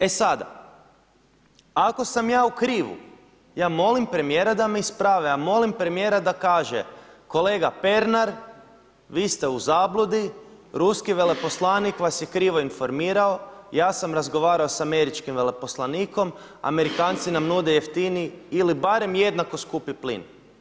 E sada, ako sam ja u krivu ja molim premijera da me ispravi, a molim premijera da kaže kolega Pernar vi ste u zabludi ruski veleposlanik vas je krivo informirao, ja sam razgovarao sa američkim veleposlanikom, Amerikanci nam nude jeftiniji ili barem jednako skupi plin.